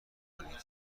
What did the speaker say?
کنید